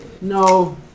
No